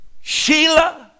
Sheila